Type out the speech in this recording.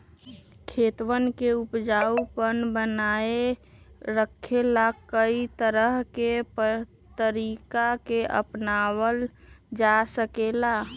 खेतवन के उपजाऊपन बनाए रखे ला, कई तरह के तरीका के अपनावल जा रहले है